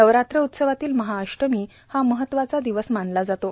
नवरात्र उत्सवातील महाअष्टमी हा महत्वाचा दिवस मानला जातो